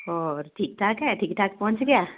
ਹੋਰ ਠੀਕ ਠਾਕ ਹੈ ਠੀਕ ਠਾਕ ਪਹੁੰਚ ਗਿਆ